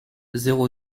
zéro